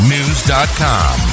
News.com